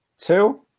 two